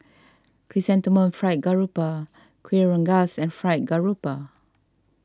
Chrysanthemum Fried Garoupa Kueh Rengas and Fried Garoupa